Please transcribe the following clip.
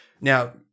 Now